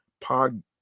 Pod